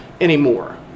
anymore